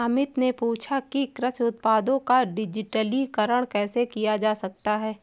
अमित ने पूछा कि कृषि उत्पादों का डिजिटलीकरण कैसे किया जा सकता है?